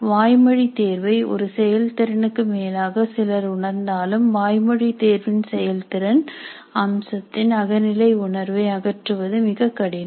வாய்மொழித் தேர்வை ஒரு செயல் திறனுக்கு மேலாக சிலர் உணர்ந்தாலும் வாய்மொழி தேர்வின் செயல்திறன் அம்சத்தின் அகநிலை உணர்வை அகற்றுவது மிகக் கடினம்